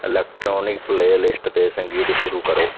electronic playlist 'ਤੇ ਸੰਗੀਤ ਸ਼ੁਰੂ ਕਰੋ